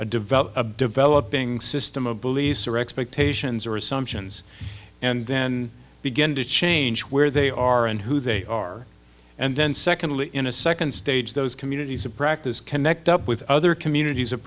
a develop a developing system of beliefs or expectations or assumptions and then begin to change where they are and who they are and then secondly in a second stage those communities of practice connect up with other communities of